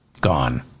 gone